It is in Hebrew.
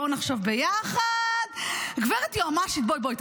בואו נחשוב ביחד, גברת יועמ"שית, בואי, בואי.